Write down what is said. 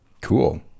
Cool